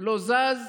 לא זז,